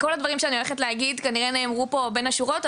כל הדברים שאני הולכת להגיד כנראה נאמרו פה בין השורות,